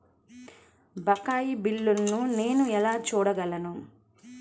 బకాయి బిల్లును నేను ఎలా చూడగలను?